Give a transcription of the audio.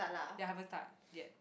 ya haven't start yet